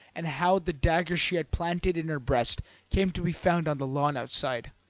and how the dagger she had planted in her breast came to be found on the lawn outside.